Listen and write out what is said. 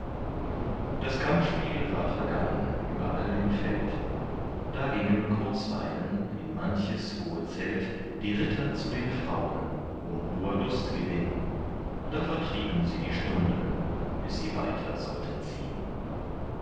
das kampfspiel war vergangen über all dem feld da gingen kurzweilen in manches hohe zelt die ritter zu den frauen um hoher lust gewinn da vertrieben sie die stunden bis sie weiter sollten ziehn